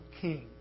king